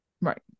Right